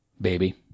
baby